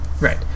right